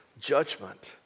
judgment